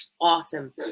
awesome